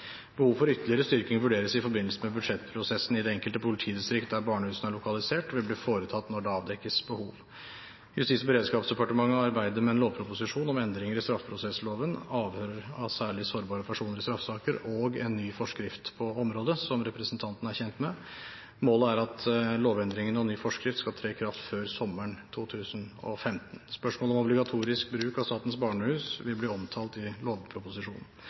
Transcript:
behov for ytterligere styrking vurderes i forbindelse med budsjettprosessen i det enkelte politidistrikt der barnehusene er lokalisert, og vil bli foretatt når det avdekkes behov. Justis- og beredskapsdepartementet arbeider med en lovproposisjon om endringer i straffeprosessloven – avhør av særlig sårbare personer i straffesaker – og en ny forskrift på området, noe representanten er kjent med. Målet er at lovendringene og den nye forskriften skal tre i kraft før sommeren 2015. Spørsmålet om obligatorisk bruk av Statens barnehus vil bli omtalt i lovproposisjonen.